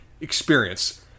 experience